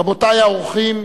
רבותי האורחים,